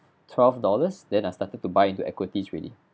twelve dollars then I started to buy into equities already